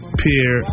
pier